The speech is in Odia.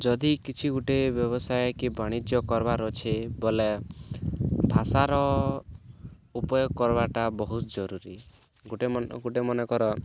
ଯଦି କିଛି ଗୋଟେ ବ୍ୟବସାୟ କି ବାଣିଜ୍ୟ କର୍ବାର୍ ଅଛି ବୋଲେ ଭାଷାର ଉପୟୋଗ କର୍ବାଟା ବହୁତ ଜରୁରୀ ଗୋଟେ ମନ ଗୋଟେ ମନେକର